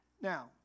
Now